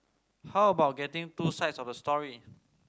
how about getting two sides of the story